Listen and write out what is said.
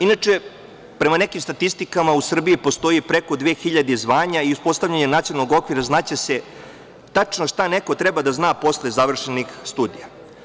Inače, prema nekim statistikama, u Srbiji postoji preko dve hiljade zvanja i uspostavljanjem nacionalnog okvira znaće se tačno šta neko treba da zna posle završenih studija.